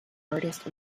artist